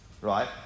right